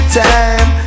time